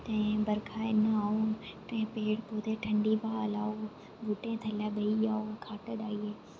ते बर्खा इन्ना ओह् पेड़ पोधे ठंड़ी ब्हा लैऔ बूहटें थल्ले बेही जाओ खट्ट डाहियै